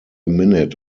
minute